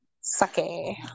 Sake